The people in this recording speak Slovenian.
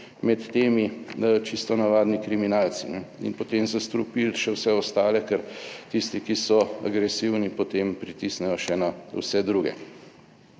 med temi čisto navadni kriminalci in potem zastrupili še vse ostale, ker tisti, ki so agresivni, potem pritisnejo še na vse druge.